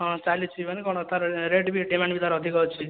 ହଁ ଚାଲିଛି ମାନେ କଣ ତା ର ରେଟ୍ ବି ଡିମାଣ୍ଡ ବି ତା ର ଅଧିକ ଅଛି